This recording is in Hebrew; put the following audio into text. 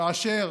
כאשר